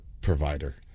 provider